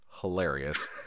Hilarious